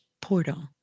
portal